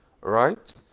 Right